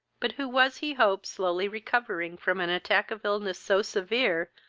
but who was, he hoped, slowly recovering from an attack of illness so severe,